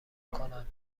کنند